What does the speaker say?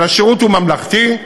אבל השירות הוא ממלכתי,